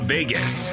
Vegas